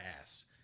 ass